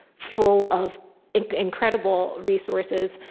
full of incredible resources.